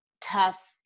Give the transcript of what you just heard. tough